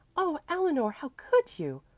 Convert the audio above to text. oh, eleanor, how could you!